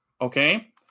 okay